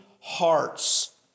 hearts